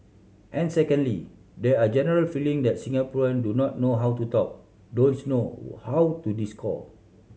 and secondly there are a general feeling that Singaporean do not know how to talk don't know how to discourse